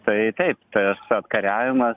tai taip tas atkariavimas